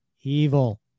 evil